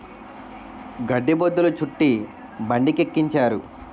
గడ్డి బొద్ధులు చుట్టి బండికెక్కించారు